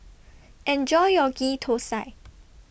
Enjoy your Ghee Thosai